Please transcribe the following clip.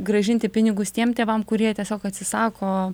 grąžinti pinigus tiem tėvam kurie tiesiog atsisako